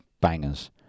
bangers